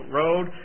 road